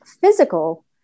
physical